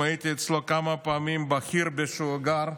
הייתי אצלו כמה פעמים בחירבה שבה הוא גר,